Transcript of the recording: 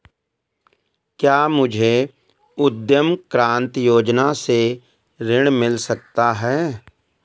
क्या मुझे उद्यम क्रांति योजना से ऋण मिल सकता है?